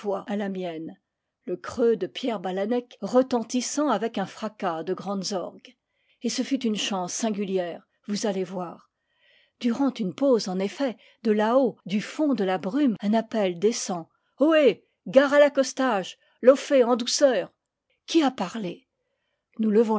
à la mienne le creux de pierre balance retentissant avec un fracas de grandes orgues et ce fut une chance singulière vous allez voir durant une pause en effet de là-haut du fond de la brume un appel descend ohé gare à l'accostage lofez en douceur qui a parlé nous levons